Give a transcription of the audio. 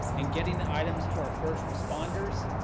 and getting the items to our first responders,